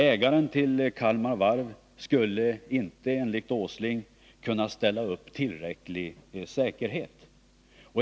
Ägaren till Kalmar Varv skulle inte enligt Åsling kunna ställa upp tillräcklig säkerhet.